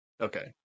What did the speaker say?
okay